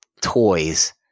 toys